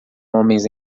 homens